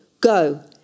go